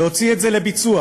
להוציא את זה לביצוע